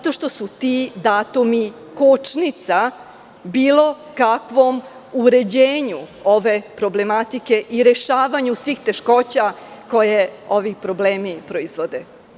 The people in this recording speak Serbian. Ti datumi su kočnica bilo kakvom uređenju ove problematike i rešavanju svih teškoća koje ovi problemi proizvode.